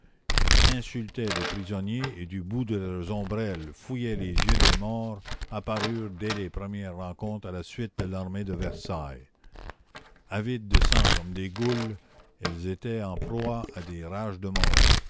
qui insultaient les prisonniers et du bout de leurs ombrelles fouillaient les yeux des morts apparurent dès les premières rencontres à la suite de l'armée de versailles avides de sang comme des goules elles étaient en proie à des rages de mort